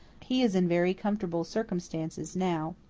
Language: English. he is in very comfortable circumstances now.